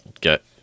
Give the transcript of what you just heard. get